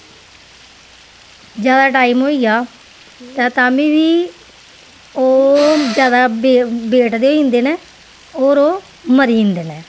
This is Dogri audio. ज्यादा टाइम होई जा ते ताम्मीं बी ओह् ज्यादा वे वेट दे होई जंदे न होर ओह् मरी जंदे न